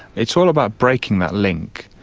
it's all about breaking that link.